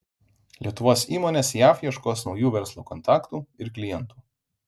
lietuvos įmonės jav ieškos naujų verslo kontaktų ir klientų